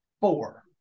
four